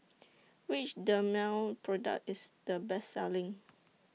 Which Dermale Product IS The Best Selling